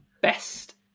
best